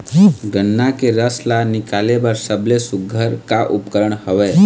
गन्ना के रस ला निकाले बर सबले सुघ्घर का उपकरण हवए?